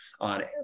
on